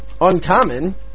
uncommon